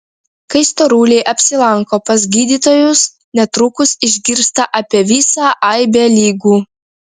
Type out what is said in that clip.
kai storuliai apsilanko pas gydytojus netrukus išgirsta apie visą aibę ligų